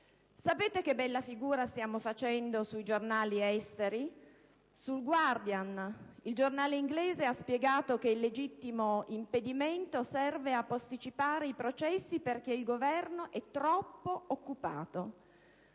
Sapete che bella figura stiamo facendo sui giornali esteri? «The Guardian», il giornale inglese, ha spiegato che il legittimo impedimento serve a posticipare i processi perché il Governo è troppo occupato.